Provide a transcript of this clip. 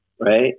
right